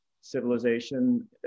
civilization